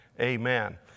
amen